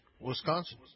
Wisconsin